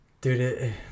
dude